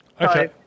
Okay